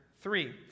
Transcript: three